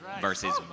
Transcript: versus